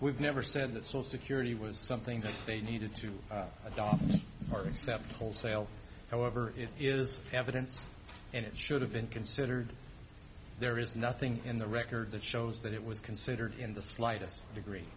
we've never said that social security was something that they needed to adopt or step wholesale however it is evidence and it should have been considered there is nothing in the record that shows that it was considered in the slightest degree